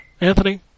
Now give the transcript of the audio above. Anthony